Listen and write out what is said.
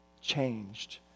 changed